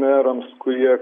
merams kurie